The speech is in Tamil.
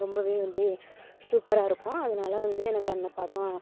ரொம்பவே வந்து சூப்பராக இருக்கும் அதனால வந்து எனக்கு அந்த படம்